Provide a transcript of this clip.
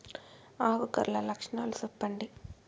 ఆకు కర్ల లక్షణాలు సెప్పండి